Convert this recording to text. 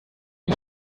you